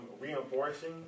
reinforcing